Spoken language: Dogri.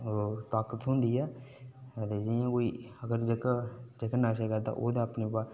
होर ताकत थ्होंदी ऐ ते जि'यां कोई अगर जेह्का नशे करदा ते ओह् अपने तै